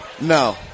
No